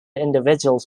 individuals